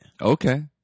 Okay